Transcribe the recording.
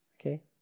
Okay